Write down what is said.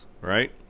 right